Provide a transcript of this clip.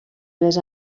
les